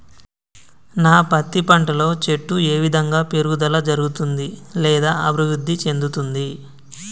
నా పత్తి పంట లో చెట్టు ఏ విధంగా పెరుగుదల జరుగుతుంది లేదా అభివృద్ధి చెందుతుంది?